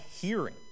hearing